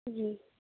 جی